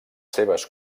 seves